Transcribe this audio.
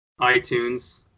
iTunes